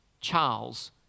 Charles